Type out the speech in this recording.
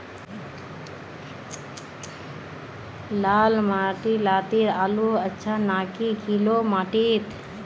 लाल माटी लात्तिर आलूर अच्छा ना की निकलो माटी त?